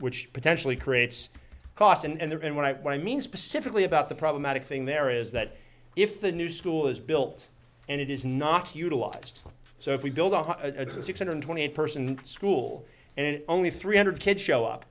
which potentially creates cost and there in what i mean specifically about the problematic thing there is that if the new school is built and it is not utilized so if we build a six hundred twenty eight person school and only three hundred kids show up